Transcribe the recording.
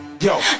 yo